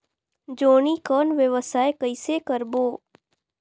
जोणी कौन व्यवसाय कइसे करबो?